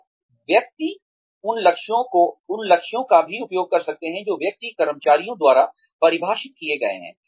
तो व्यक्ति उन लक्ष्यों का भी उपयोग कर सकता है जो व्यक्तिगत कर्मचारियों द्वारा परिभाषित किए गए हैं